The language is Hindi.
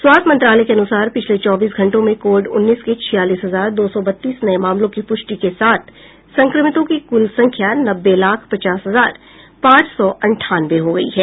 स्वास्थ्य मंत्रालय के अनुसार पिछले चौबीस घंटों में कोविड उन्नीस के छियालीस हजार दो सौ बत्तीस नये मामलों की पूष्टि के साथ संक्रमितों की कुल संख्या नब्बे लाख पचास हजार पांच सौ अंठानवे हो गई है